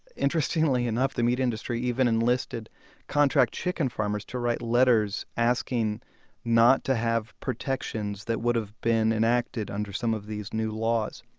interestingly enough, the meat industry even enlisted contract chicken farmers to write letters asking not to have protections that would have been enacted under some of these new laws